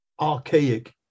archaic